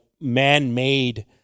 man-made